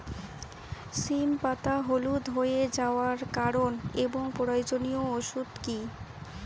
সিম পাতা হলুদ হয়ে যাওয়ার কারণ এবং প্রয়োজনীয় ওষুধ কি?